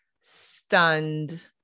stunned